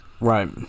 right